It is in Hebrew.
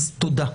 אז תודה.